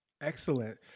Excellent